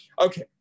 Okay